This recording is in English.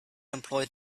employed